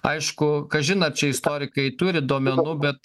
aišku kažin ar čia istorikai turi duomenų bet